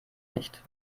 nicht